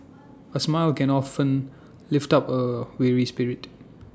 A smile can often lift up A weary spirit